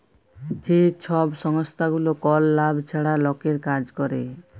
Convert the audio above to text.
যে ছব সংস্থাগুলা কল লাভ ছাড়া লকের কাজ ক্যরে